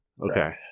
Okay